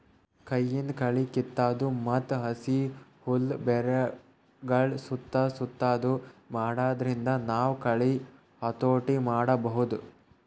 ಕೈಯಿಂದ್ ಕಳಿ ಕಿತ್ತದು ಮತ್ತ್ ಹಸಿ ಹುಲ್ಲ್ ಬೆರಗಳ್ ಸುತ್ತಾ ಸುತ್ತದು ಮಾಡಾದ್ರಿಂದ ನಾವ್ ಕಳಿ ಹತೋಟಿ ಮಾಡಬಹುದ್